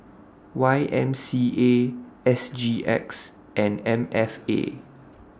Y M C A S G X and M F A